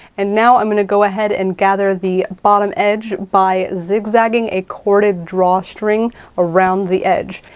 and now i'm gonna go ahead and gather the bottom edge by zigzagging a corded drawstring around the edge.